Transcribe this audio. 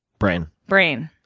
brain. brain.